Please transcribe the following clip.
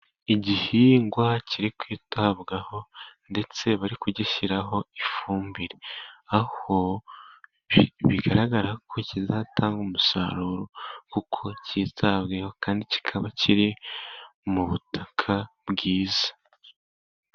Igihingwa kiri kwitabwaho ndetse bari kugishyiraho ifumbire, aho bigaragara ko kizatanga umusaruro kuko cyitaweho kandi kikaba kiri mu butaka bwiza.